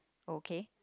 okay